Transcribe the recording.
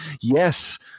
yes